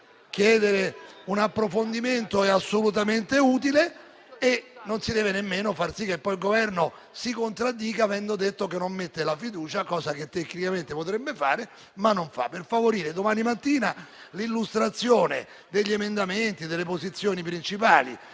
chiedere un approfondimento è assolutamente utile. Non si deve nemmeno far sì che poi il Governo si contraddica, avendo detto che non mette la fiducia, cosa che tecnicamente potrebbe fare, ma non fa, per favorire l'illustrazione degli emendamenti e delle posizioni principali,